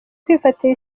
kwifatira